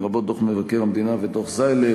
לרבות דוח מבקר המדינה ודוח זיילר,